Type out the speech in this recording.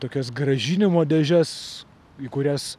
tokias grąžinimo dėžes į kurias